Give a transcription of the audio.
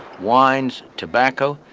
wines, tobacco,